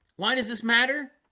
why does this matter?